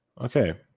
Okay